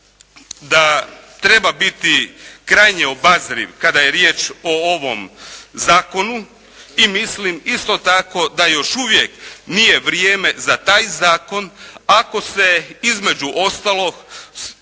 da treba biti krajnje obazriv kada je riječ o ovom zakonu i mislim isto tako da još uvijek nije vrijeme za taj zakon ako se između ostalog spominju